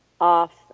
off